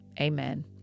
amen